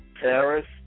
Paris